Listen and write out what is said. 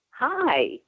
Hi